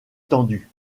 tendu